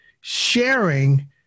sharing